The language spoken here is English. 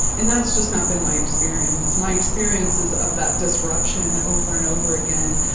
and that's just not been my experience my experience is of that disruption, over and over again,